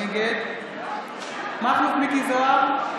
נגד מכלוף מיקי זוהר,